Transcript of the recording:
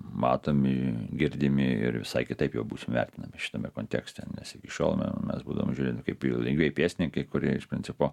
matomi girdimi ir visai kitaip jau būsim vertinami šitame kontekste nes iki šiol na mes būdavom žiūrimi kaip jų lengvieji pėstininkai kurie iš principo